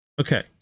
Okay